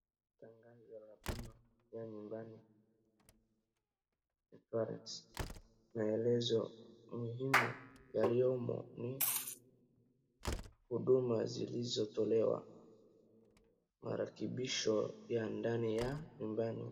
Tangazo la bima ya nyumbani, Insurance , maelezo muhimu yaliyomo ni huduma zilizotolewa, marekebisho ya ndani ya nyumbani.